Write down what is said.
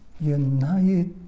Unite